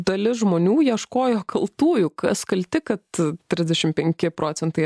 dalis žmonių ieškojo kaltųjų kas kalti kad trisdešim penki procentai